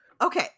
Okay